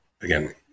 again